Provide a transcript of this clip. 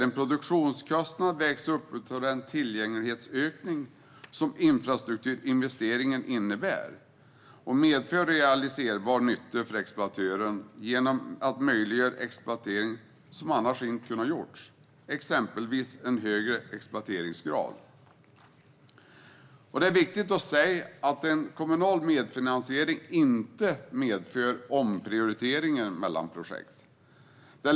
En produktionskostnad vägs nämligen upp av att den ökade tillgänglighet som infrastrukturinvesteringen innebär medför realiserbara nyttor för exploatörer. Det kan handla om att möjliggöra en exploatering som annars inte kunnat göras, exempelvis en högre exploateringsgrad. Det är viktigt att säga att en kommunal medfinansiering inte medför omprioriteringar mellan projekt.